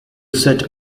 set